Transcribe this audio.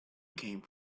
came